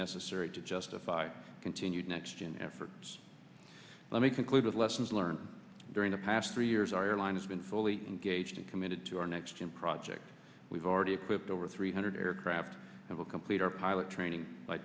necessary to justify continued next gen efforts let me conclude with lessons learned during the past three years our airline has been fully engaged and committed to our next gen project we've already equipped over three hundred aircraft have a complete our pilot training by